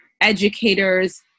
Educators